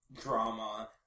drama